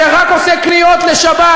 שרק עושה קניות לשבת?